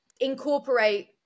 Incorporate